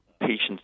patient's